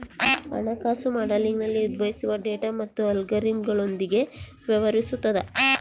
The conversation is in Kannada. ಹಣಕಾಸು ಮಾಡೆಲಿಂಗ್ನಲ್ಲಿ ಉದ್ಭವಿಸುವ ಡೇಟಾ ಮತ್ತು ಅಲ್ಗಾರಿದಮ್ಗಳೊಂದಿಗೆ ವ್ಯವಹರಿಸುತದ